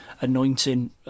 anointing